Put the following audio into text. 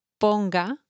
Ponga